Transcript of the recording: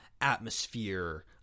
atmosphere